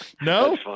No